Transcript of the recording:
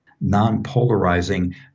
non-polarizing